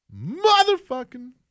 motherfucking